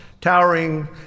towering